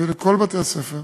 ולכל בתי-הספר